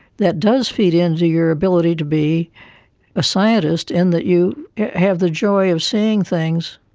that does feed into your ability to be a scientist, and that you have the joy of seeing things,